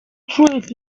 treat